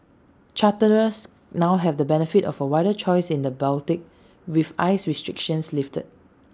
charterers now have the benefit of A wider choice in the Baltic with ice restrictions lifted